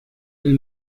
del